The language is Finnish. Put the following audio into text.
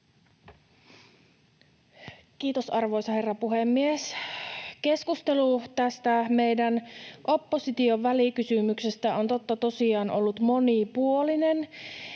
Kiitos, arvoisa herra puhemies! Keskustelu tästä meidän opposition välikysymyksestä on totta tosiaan ollut monipuolinen.